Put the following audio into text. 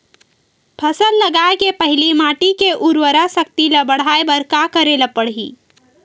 फसल लगाय के पहिली माटी के उरवरा शक्ति ल बढ़ाय बर का करेला पढ़ही?